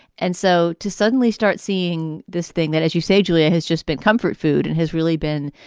and so to suddenly start seeing this thing that, as you say, julia, has just been comfort food and has really been,